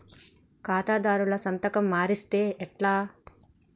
ఖాతాదారుల సంతకం మరిస్తే ఎట్లా?